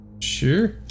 Sure